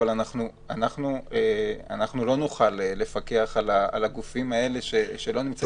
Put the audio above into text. אבל אנחנו לא נוכל לפקח על הגופים האלה שלא נמצאים